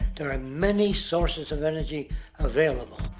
there are many sources of energy available.